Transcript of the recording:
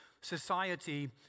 society